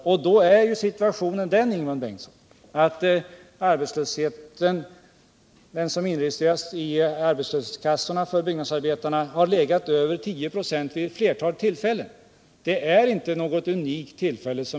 Situationen är ju den, Ingemund Bengtsson, att den arbetslöshet för byggnadsarbetarna som inregistreras i arbetslöshetskassorna har legat över 10 96 vid ett flertal tillfällen. F. n. är vi under 10 96.